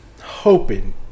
hoping